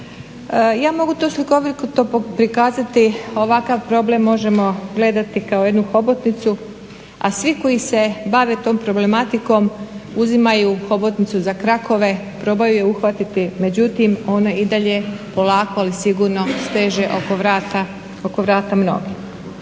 Ja mogu to slikovito prikazati, ovakav problem možemo gledati kao jednu hobotnicu, a svi koji se bave tom problematikom uzimaju hobotnicu za krakove, probaju je uhvatiti, međutim ona i dalje polako ali sigurno steže oko vrata mnoge.